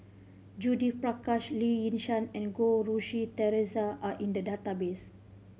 Judith Prakash Lee Yi Shyan and Goh Rui Si Theresa are in the database